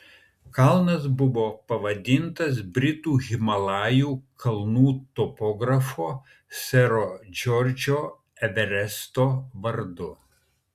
kalnas buvo pavadintas britų himalajų kalnų topografo sero džordžo everesto vardu